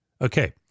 Okay